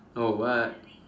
oh what